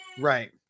Right